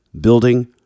building